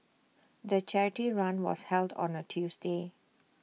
the charity run was held on A Tuesday